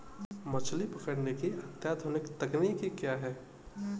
मछली पकड़ने की अत्याधुनिक तकनीकी क्या है?